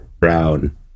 brown